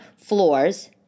floors